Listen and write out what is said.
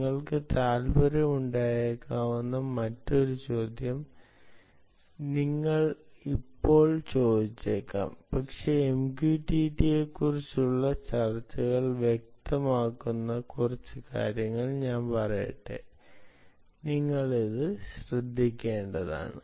നിങ്ങൾക്ക് താൽപ്പര്യമുണ്ടായേക്കാവുന്ന മറ്റൊരു ചോദ്യം നിങ്ങൾ ഇപ്പോൾ ചോദിച്ചേക്കാം പക്ഷേ MQTT നെക്കുറിച്ചുള്ള ചർച്ചകൾ വ്യക്തമാക്കുന്ന കുറച്ച് കാര്യങ്ങൾ ഞാൻ പറയട്ടെ നിങ്ങൾ അത് ശ്രദ്ധിക്കേണ്ടതാണ്